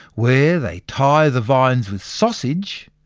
where they tie the vines with sausage,